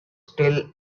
still